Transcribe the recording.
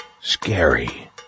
scary